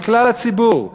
על כלל הציבור.